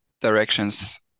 directions